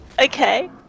okay